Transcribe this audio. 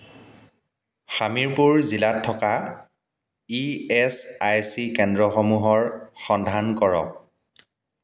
হামিৰপুৰ জিলাত থকা E S I C কেন্দ্ৰসমূহৰ সন্ধান কৰক